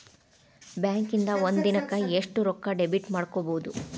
ಬ್ಯಾಂಕಿಂದಾ ಒಂದಿನಕ್ಕ ಎಷ್ಟ್ ರೊಕ್ಕಾ ಡೆಬಿಟ್ ಮಾಡ್ಕೊಬಹುದು?